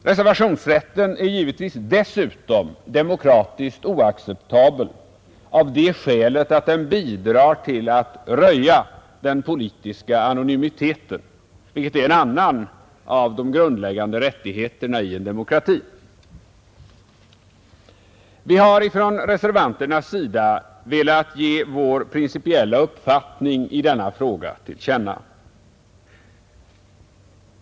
Reservationsrätten är givetvis dessutom demokratiskt oacceptabel av det skälet att den bidrar till att röja den politiska anonymiteten, vilken är en annan av de grundläggande rättigheterna i en demokrati. Vi har från reservanternas sida velat ge vår principiella uppfattning i denna fråga till känna.